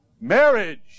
Marriage